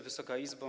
Wysoka Izbo!